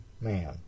man